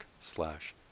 slash